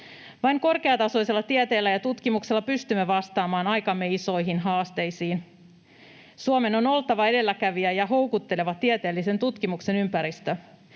Vain korkeatasoisella tieteellä ja tutkimuksella pystymme vastaamaan aikamme isoihin haasteisiin. Suomen on oltava edelläkävijä ja houkutteleva tieteellisen tutkimuksen ympäristö.